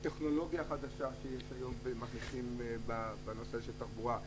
טכנולוגיה חדשה שיש היום בנושא של תחבורה,